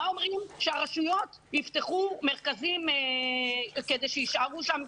אומרים שהרשויות יפתחו מרכזים כדי שהילדים יישארו בהם,